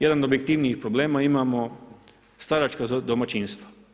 Jedan od objektivnijih problema imamo staračka domaćinstva.